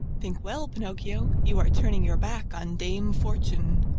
think well, pinocchio, you are turning your back on dame fortune.